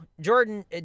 Jordan